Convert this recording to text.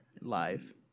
live